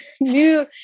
new